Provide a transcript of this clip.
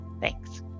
Thanks